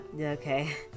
Okay